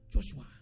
Joshua